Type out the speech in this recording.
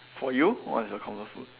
for you what's your comfort food